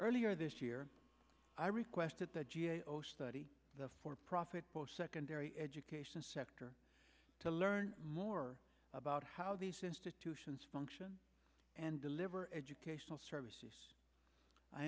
earlier this year i requested the g a o study the for profit post secondary education sector to learn more about how these institutions function and deliver educational services i